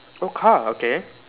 oh car okay